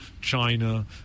China